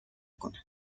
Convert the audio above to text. کند